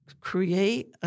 create